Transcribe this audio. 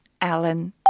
Alan